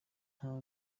nta